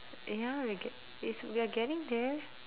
yeah we get it's we are getting there